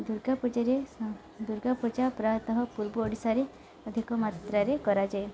ଦୁର୍ଗା ପୂଜାରେ ଦୁର୍ଗା ପୂଜା ପ୍ରାୟତଃ ପୂର୍ବ ଓଡ଼ିଶାରେ ଅଧିକ ମାତ୍ରାରେ କରାଯାଏ